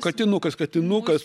katinukas katinukas